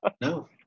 No